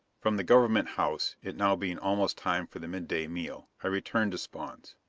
from the government house, it now being almost time for the midday meal, i returned to spawn's.